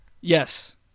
Yes